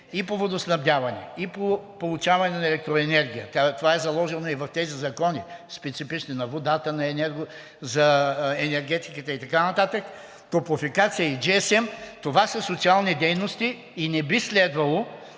и по водоснабдяване, и по получаване на електроенергия, това е заложено и в тези закони, специфични – на водата, за енергетиката и така нататък, „Топлофикация“ и GSM, това са социални дейности и не би следвало,